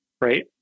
Right